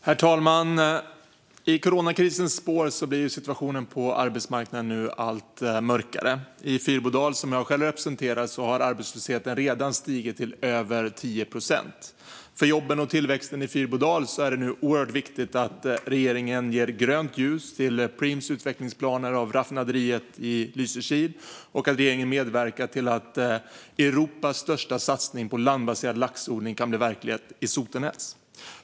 Herr talman! I coronakrisens spår blir situationen på arbetsmarknaden nu allt mörkare. I Fyrbodal, som jag själv representerar, har arbetslösheten redan stigit till över 10 procent. För jobben och tillväxten i Fyrbodal är det nu oerhört viktigt att regeringen ger grönt ljus till Preems utvecklingsplaner gällande raffinaderiet i Lysekil och att regeringen medverkar till att Europas största satsning på landbaserad laxodling kan bli verklighet i Sotenäs.